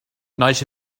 nice